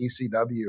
ECW